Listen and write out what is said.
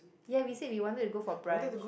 ya we said we wanted to go for brunch